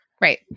Right